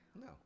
No